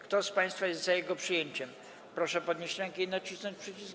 Kto z państwa jest za jego przyjęciem, proszę podnieść rękę i nacisnąć przycisk.